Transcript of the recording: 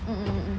mm mm mm mm